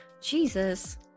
Jesus